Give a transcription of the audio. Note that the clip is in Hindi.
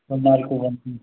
सोमवार को बंदी